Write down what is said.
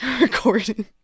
recording